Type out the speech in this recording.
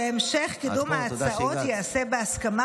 שהמשך קידום ההצעות ייעשה בהסכמה